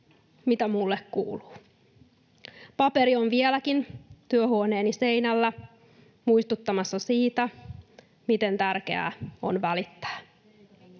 mitä mulle kuuluu.” Paperi on vieläkin työhuoneeni seinällä muistuttamassa siitä, miten tärkeää on välittää.